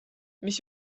mis